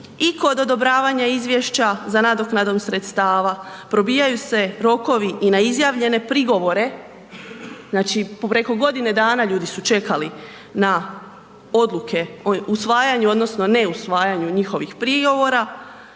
i kod odobravanja izvješća za nadoknadom sredstava, probijaju se rokovi i na izjavljene prigovore, znači, preko godine dana, ljudi su čekali na odluke usvajanju, odnosno neusvajanju njihovih prigovora